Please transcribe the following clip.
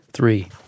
Three